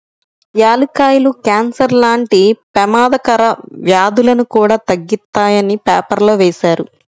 యాలుక్కాయాలు కాన్సర్ లాంటి పెమాదకర వ్యాధులను కూడా తగ్గిత్తాయని పేపర్లో వేశారు